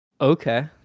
Okay